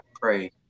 pray